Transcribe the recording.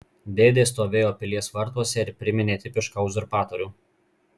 dėdė stovėjo pilies vartuose ir priminė tipišką uzurpatorių